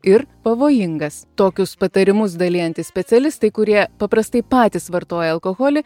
ir pavojingas tokius patarimus dalijantys specialistai kurie paprastai patys vartoja alkoholį